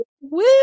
Woo